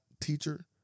teacher